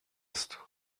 ist